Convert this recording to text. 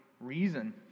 reason